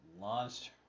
launched